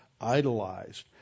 idolized